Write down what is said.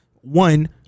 one